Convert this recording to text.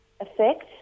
effect